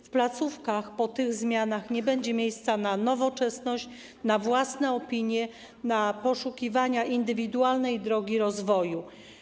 W placówkach po tych zmianach nie będzie miejsca na nowoczesność, na własne opinie, na poszukiwania indywidualnej drogi rozwoju.